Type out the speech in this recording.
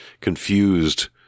confused